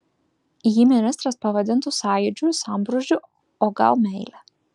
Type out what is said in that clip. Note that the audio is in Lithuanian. jį ministras pavadintų sąjūdžiu sambrūzdžiu o gal meile